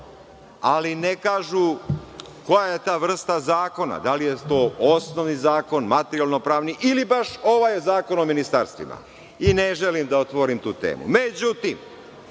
ali ne kažu koja je ta vrsta zakona, da li je to osnovni zakon, materijalno-pravni ili baš ovaj Zakon o ministarstvima. I, ne želim da otvorim tu